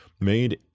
made